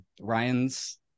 Ryan's